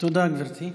תודה, גברתי.